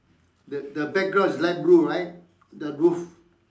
the the background is light blue right the roof